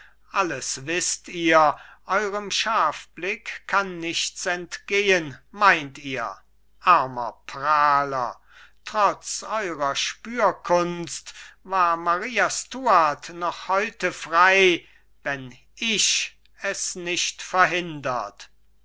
alles wißt ihr eurem scharfblick kann nichts entgehen meint ihr armer prahler trotz eurer spürkunst war maria stuart noch heute frei wenn ich es nicht verhindert